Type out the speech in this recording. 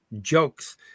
jokes